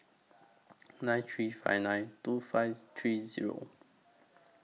nine three five nine two five three Zero